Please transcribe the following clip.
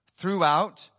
throughout